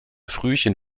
frühchen